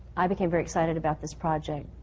i became very excited about this project,